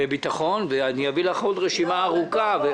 וביטחון, ואביא לך עוד רשימה ארוכה.